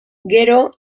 gero